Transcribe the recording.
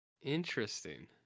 interesting